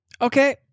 Okay